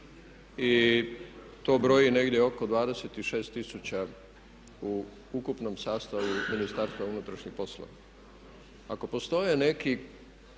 i to broji negdje oko 26 tisuća u ukupnom sastavu Ministarstva unutarnjih poslova. Ako postoje neki